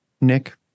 Nick